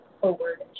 forward